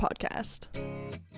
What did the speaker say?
podcast